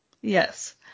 yes